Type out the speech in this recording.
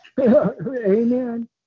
Amen